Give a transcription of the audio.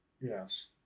Yes